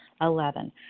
Eleven